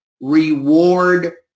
reward